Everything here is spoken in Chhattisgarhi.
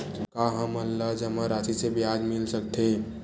का हमन ला जमा राशि से ब्याज मिल सकथे?